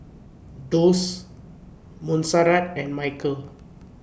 Doss Monserrat and Michal